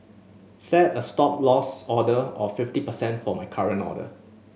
set a Stop Loss order of fifty percent for my current order